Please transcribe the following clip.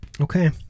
Okay